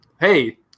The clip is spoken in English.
hey